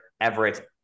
everett